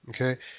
Okay